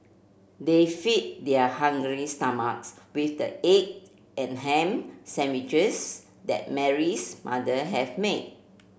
they fed their hungry stomachs with the egg and ham sandwiches that Mary's mother have made